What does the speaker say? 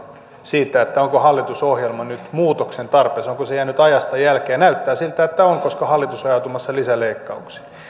siitä onko hallitusohjelma nyt muutoksen tarpeessa onko se jäänyt ajastaan jälkeen ja näyttää siltä että on koska hallitus on ajautumassa lisäleikkauksiin